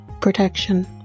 protection